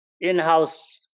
in-house